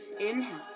Inhale